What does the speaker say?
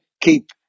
keep